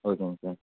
ஓகேங்க சார்